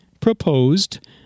proposed